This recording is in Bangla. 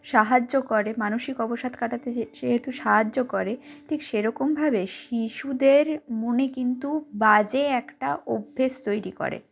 সাহায্য করে মানসিক অবসাদ কাটাতে যে সেহেতু সাহায্য করে ঠিক সেরকমভাবে শিশুদের মনে কিন্তু বাজে একটা অভ্যাস তৈরি করে